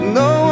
no